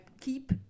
keep